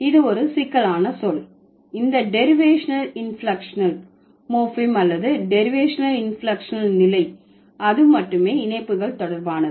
இது ஒரு சிக்கலான சொல் இந்த டெரிவேஷனல் இன்பிளெக்க்ஷனல் மோர்பீம் அல்லது டெரிவேஷனல் இன்பிளெக்க்ஷனல் நிலை அது மட்டுமே இணைப்புகள் தொடர்பானது